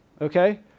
Okay